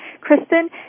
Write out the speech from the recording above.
Kristen